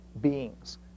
beings